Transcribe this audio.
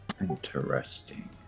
Interesting